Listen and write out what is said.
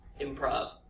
improv